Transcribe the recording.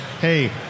hey